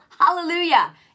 Hallelujah